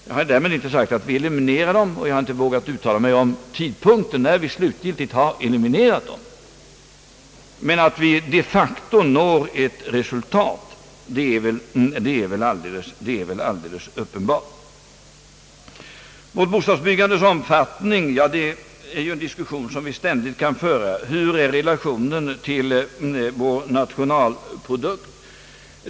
Jag har därmed inte sagt att vi eliminerar dem, och jag har inte velat uttala mig om tidpunkten när vi slutgiltigt har eliminerat dem, men att vi de facto når ett visst resultat är alldeles uppenbart. Diskussionen om vårt bostadsbyggandes omfattning kan vi ständigt föra. Hur är relationen till vår nationalprodukt?